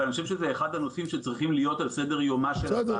אבל אני חושב שזה אחד הנושאים שצריכים להיות על סדר יומה של הוועדה.